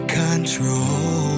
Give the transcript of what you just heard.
control